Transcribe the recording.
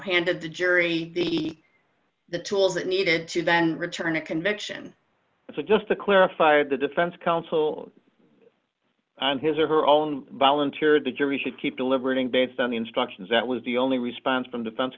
handed the jury the the tools it needed to then return a conviction so just to clarify the defense counsel on his or her own volunteer the jury should keep deliberating based on the instructions that was the only response from defense